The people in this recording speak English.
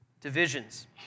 divisions